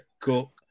cool